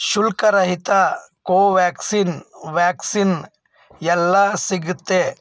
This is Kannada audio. ಶುಲ್ಕರಹಿತ ಕೋವ್ಯಾಕ್ಸಿನ್ ವ್ಯಾಕ್ಸಿನ್ ಎಲ್ಲಿ ಸಿಗುತ್ತೆ